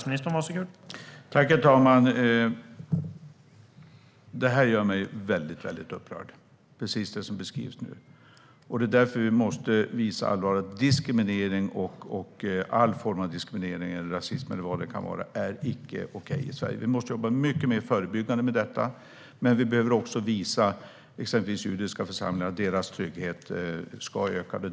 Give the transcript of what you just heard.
Herr talman! Det som beskrivs nu gör mig väldigt upprörd. Därför måste vi visa allvarligt att alla former av diskriminering, rasism eller vad det kan vara - det är inte okej i Sverige. Vi måste jobba mycket mer förebyggande med detta, men vi behöver också visa exempelvis judiska församlingen att deras trygghet ska öka.